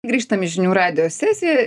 grįžtam į žinių radijo sesiją